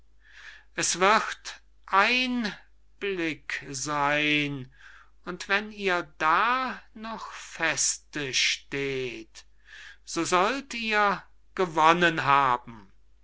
es wird ein blick seyn und wenn ihr da noch feste steh't so sollt ihr gewonnen haben